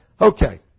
Okay